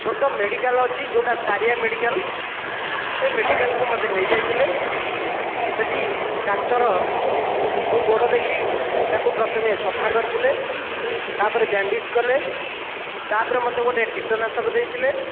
ଛୋଟ ମେଡ଼ିକାଲ ଅଛି ଯେଉଁଟା ତାରିଆ ମେଡ଼ିକାଲ ସେ ମେଡ଼ିକାଲକୁ ମୋତେ ନେଇଯାଇଥିଲେ ସେଠି ଡାକ୍ତର ମୋ ଗୋଡ଼ ଦେଖି ତାକୁ ପ୍ରଥମେ ସଫା କରିଥିଲେ ତାପରେ ବ୍ୟାଣ୍ଡେଜ କଲେ ତା'ପରେ ମୋତେ ଗୋଟିଏ ଟିଟନାଷକ ଦେଇଥିଲେ